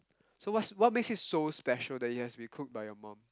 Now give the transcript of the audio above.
so what what makes it so special that it has to be cooked by your mom